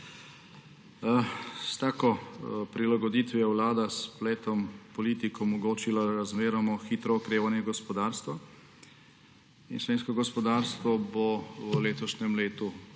S tako prilagoditvijo je vlada s spletom politik omogočila razmeroma hitro okrevanje gospodarstva in slovensko gospodarstvo bo v letošnjem letu